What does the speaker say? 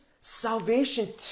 salvation